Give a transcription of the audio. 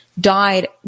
died